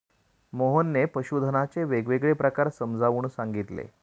मोहनने पशुधनाचे वेगवेगळे प्रकार समजावून सांगितले